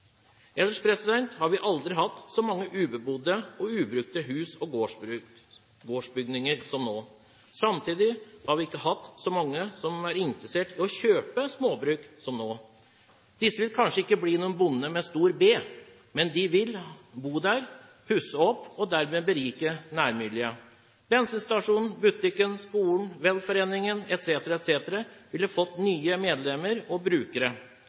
har vi aldri hatt så mange ubebodde og ubrukte hus og gårdsbygninger som nå. Samtidig har vi ikke hatt så mange som er interessert i å kjøpe småbruk som nå. Disse vil kanskje ikke bli bønder med stor B, men de ville bodd der, pusset opp og dermed beriket nærmiljøet. Bensinstasjonen, butikken, skolen, velforeningen etc. ville fått nye